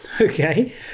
okay